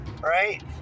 right